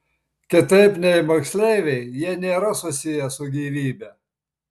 kitaip nei moksleiviai jie nėra susiję su gyvybe